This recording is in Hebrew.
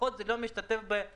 לפחות זה לא משתקף בנתונים.